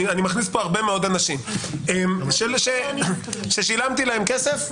אני מכניס פה הרבה מאוד אנשים ששילמתי להם כסף,